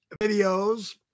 videos